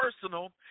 personal